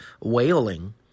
wailing